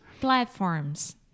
Platforms